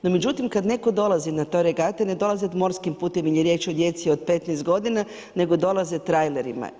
No, međutim, kada netko dolazi na te regate, ne dolaze morskim putem, jer je riječ o djeci od 15 g. nego dolaze trajderima.